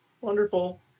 Wonderful